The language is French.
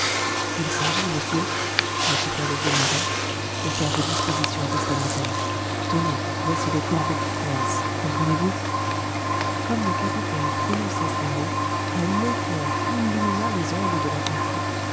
il s'agit monsieur répliqua le vieux marin de faire vos dispositions testamentaires tenez voici le corbeau qui croasse comprenez-vous comme le capitaine prononçait ces mots un éclair illumina les ondes de l'atlantique